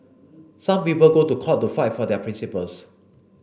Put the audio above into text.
some people go to court to fight for their principles